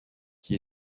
qui